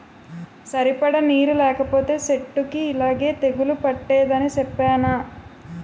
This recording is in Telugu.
సరిపడా నీరు లేకపోతే సెట్టుకి యిలాగే తెగులు పట్టేద్దని సెప్పేనా?